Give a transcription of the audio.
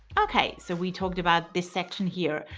okay, so we talked about this section here.